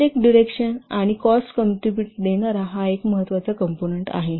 प्रोजेक्टचा डुरेशन आणि cost contribute देणारा हा एक महत्त्वाचा कंपोनंन्ट आहे